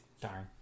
darn